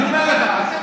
אני אומר לך,